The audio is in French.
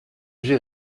j’ai